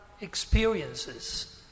experiences